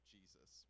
Jesus